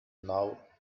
now